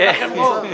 אין לכם רוב.